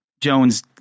Jones